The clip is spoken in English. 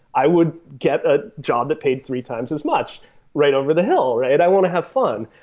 i would get a job that paid three times as much right over the hill, right? i want to have fun.